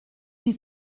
sie